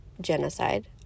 genocide